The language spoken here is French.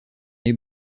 est